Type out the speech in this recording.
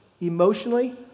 emotionally